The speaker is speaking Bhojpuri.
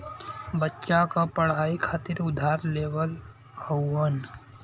बच्चा क पढ़ाई खातिर उधार लेवल हउवन